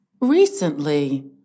Recently